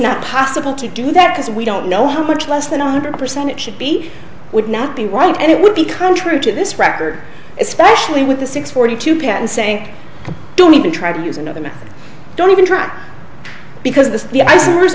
not possible to do that because we don't know how much less than one hundred percent it should be would not be right and it would be contrary to this record especially with the six forty two patent saying don't even try to use another one don't even try because